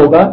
होगा